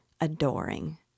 adoring